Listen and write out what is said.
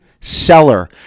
seller